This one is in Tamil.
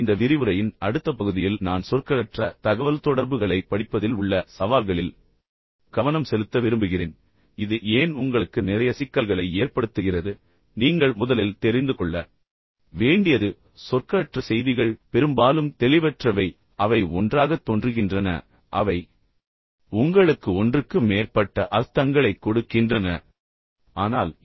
இப்போது இந்த விரிவுரையின் அடுத்த பகுதியில் நான் சொற்களற்ற தகவல்தொடர்புகளைப் படிப்பதில் உள்ள சவால்களில் கவனம் செலுத்த விரும்புகிறேன் இது ஏன் உங்களுக்கு நிறைய சிக்கல்களை ஏற்படுத்துகிறது நீங்கள் முதலில் தெரிந்து கொள்ள வேண்டியது சொற்களற்ற செய்திகள் பெரும்பாலும் தெளிவற்றவை அதாவது அவை ஒன்றாகத் தோன்றுகின்றன ஆனால் அவை உங்களுக்கு ஒன்றுக்கு மேற்பட்ட அர்த்தங்களைக் கொடுக்கின்றன நான் விரைவில் ஒரு உதாரணம் தருகிறேன்